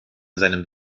seinem